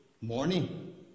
morning